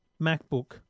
MacBook